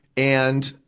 and,